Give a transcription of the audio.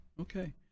Okay